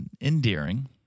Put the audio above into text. endearing